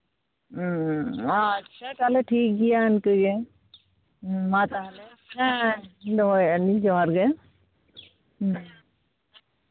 ᱟᱪᱪᱷᱟ ᱛᱟᱦᱞᱮ ᱴᱷᱤᱠ ᱜᱮᱭᱟ ᱤᱱᱠᱟᱹᱜᱮ ᱢᱟ ᱛᱟᱦᱞᱮ ᱦᱮᱸ ᱫᱚᱦᱚᱭᱮᱫᱟ ᱞᱤᱧ ᱡᱚᱦᱟᱨ ᱜᱮ ᱦᱮᱸ